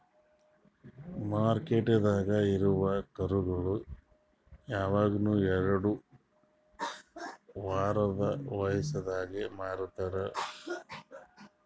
ಮಾರ್ಕೆಟ್ದಾಗ್ ಇರವು ಕರುಗೋಳು ಯವಗನು ಎರಡು ವಾರದ್ ವಯಸದಾಗೆ ಮಾರ್ತಾರ್